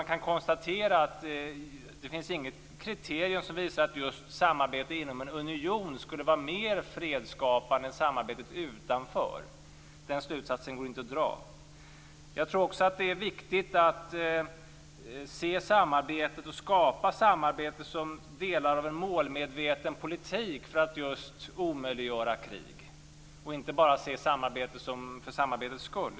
Det finns inget kriterium som visar att just samarbete inom en union skulle vara mer fredsskapande än samarbetet utanför. Den slutsatsen går inte att dra. Jag tror också att det är viktigt att se samarbete och att skapa samarbete som delar av en målmedveten politik för att omöjliggöra krig och inte bara se samarbete för samarbetets skull.